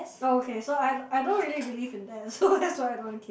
okay so I I don't really believe in that so that's why I don't want a kid